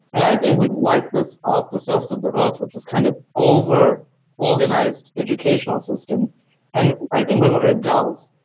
and i think we've wiped this off the surface of the earth with this kind of overorganized educational system and i think when we're adults,